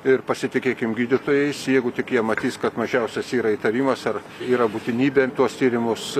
ir pasitikėkim gydytojais jeigu tik jie matys kad mažiausias yra įtarimas ar yra būtinybė tuos tyrimus